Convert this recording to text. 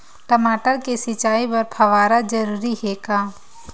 टमाटर के सिंचाई बर फव्वारा जरूरी हे का?